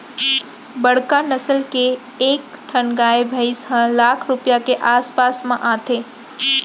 बड़का नसल के एक ठन गाय भईंस ह लाख रूपया के आस पास म आथे